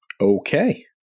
Okay